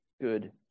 good